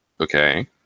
Okay